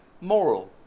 moral